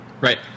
Right